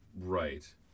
right